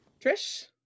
Trish